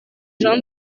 jean